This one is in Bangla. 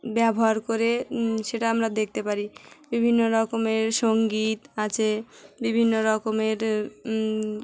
ব্যবহার করে সেটা আমরা দেখতে পারি বিভিন্ন রকমের সঙ্গীত আছে বিভিন্ন রকমের